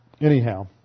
anyhow